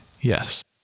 yes